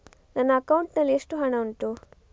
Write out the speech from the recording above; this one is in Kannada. ನನ್ನ ಅಕೌಂಟ್ ನಲ್ಲಿ ಎಷ್ಟು ಹಣ ಉಂಟು?